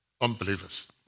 unbelievers